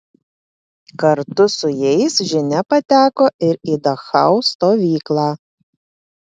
kartu su jais žinia pateko ir į dachau stovyklą